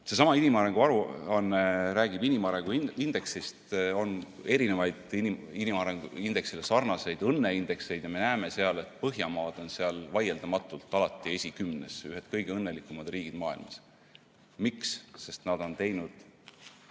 Seesama inimarengu aruanne räägib inimarengu indeksist. On erinevaid inimarengu indeksiga sarnaseid õnneindekseid. Me näeme, et Põhjamaad on seal vaieldamatult alati esikümnes, ühed kõige õnnelikumad riigid maailmas. Miks? Sest nad on teinud